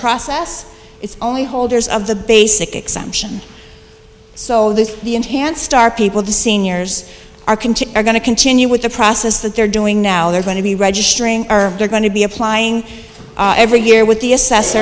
process it's only holders of the basic exemption so that the enhanced our people the seniors are content going to continue with the process that they're doing now they're going to be registering or they're going to be applying every year with the assess